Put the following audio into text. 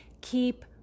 keep